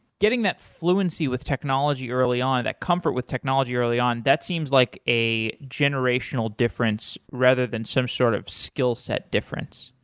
getting that fluency with technology early, that comfort with technology early on, that seems like a generational difference rather than some sort of skill set difference.